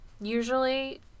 usually